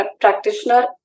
practitioner